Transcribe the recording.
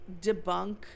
debunk